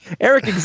Eric